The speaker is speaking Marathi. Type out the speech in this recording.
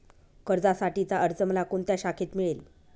कर्जासाठीचा अर्ज मला कोणत्या शाखेत मिळेल?